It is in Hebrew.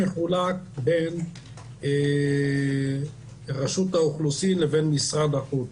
זה מחולק בין רשות האוכלוסין ובין משרד החוץ.